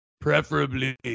preferably